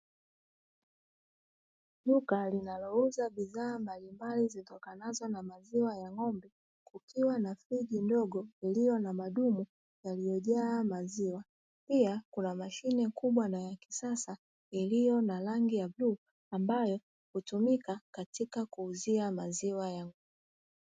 Duka linalo uza bidhaa mbalimbali zitokanavyo na maziwa ya ngombe .Juu yake kuna friji ndogo iliyo na madumu yaliyojawa na maziwa. Pia, kuna mashine kubwa na ya kisasa iliyo na rangi ya bluu ambayo hutumika katika kuuzia maziwa ya ng'ombe.